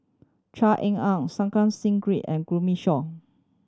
Try Ean Ang Santokh Singh Grewal and Shaw